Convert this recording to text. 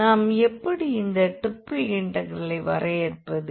நாம் எப்படி இந்த ட்ரிபிள் இன்டெக்ரலை வரையறுப்பது